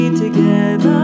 together